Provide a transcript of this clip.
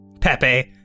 Pepe